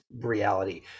reality